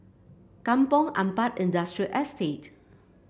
Kampong Ampat Industrial Estate